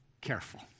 careful